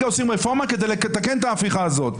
עושים רפורמה כדי לתקן את ההפיכה הזאת.